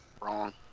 Wrong